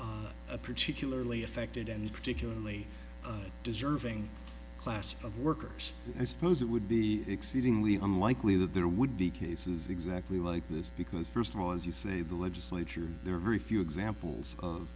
a particularly affected and particularly deserving class of workers as follows it would be exceedingly unlikely that there would be cases exactly like this because first of all as you say the legislature there are very few examples of